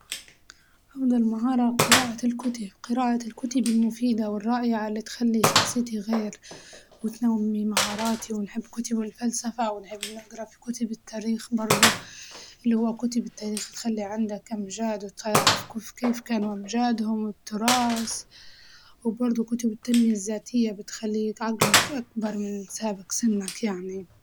أفضل مهارة قراءة الكتب قراءة الكتب المفيدة والرائية على تخلي شخصيتي غير، وتنمي مهاراتي ونحب كتب الفلسفة ونحب نقرا في كتب التاريخ برضه، اللي هو كتب التاريخ تخلي عندك أمجاد وتعرف كيف كانوا أمجادهم والتراس، وبرضه كتب التنمية الزاتية بتخلي عقلك أكبر من سابق سنك يعني.